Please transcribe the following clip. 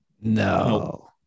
No